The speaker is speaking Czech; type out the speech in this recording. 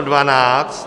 12.